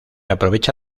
aprovecha